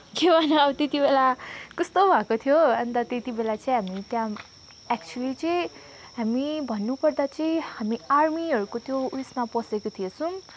के गर्नु अब त्यति बेला कस्तो भएको थियो अन्त त्यतिबेला चाहिँ हामी त्यहाँ एक्चुवली चाहिँ हामी भन्नुपर्दा चाहिँ हामी आर्मीहरूको त्यो उसमा पसेको थिएछौँ